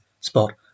spot